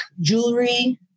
jewelry